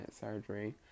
surgery